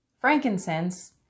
frankincense